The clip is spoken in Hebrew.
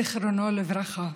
זיכרונו לברכה,